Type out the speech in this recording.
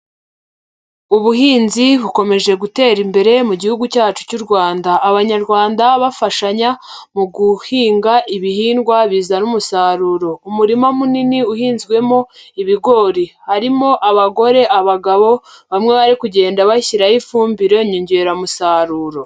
Ubuhinzi bukomeje gutera imbere mu gihugu cyacu cy'u Rwanda; abanyarwanda bafashanya mu guhinga ibihingwa bizana umusaruro. Umurima munini uhinzwemo ibigori; harimo abagore, abagabo, bamwe bari kugenda bashyiraho ifumbire nyongeramusaruro.